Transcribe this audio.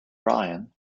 ryan